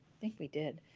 think we did